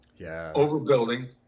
overbuilding